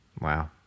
wow